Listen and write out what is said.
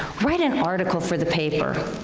write an article for the paper.